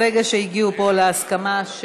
ברגע שהגיעו פה להסכמה,